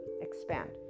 expand